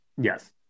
Yes